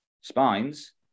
Spines